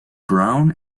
brown